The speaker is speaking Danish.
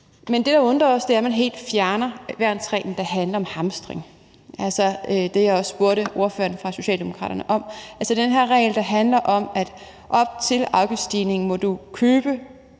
Men det, der undrer os, er, at man helt fjerner værnsreglen, der handler om hamstring, altså det, jeg også spurgte ordføreren fra Socialdemokraterne om, altså den her regel, der handler om, at du op til afgiftsstigningen må købe